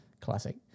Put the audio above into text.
Classic